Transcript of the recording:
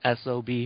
SOB